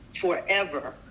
forever